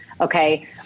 Okay